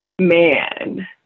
Man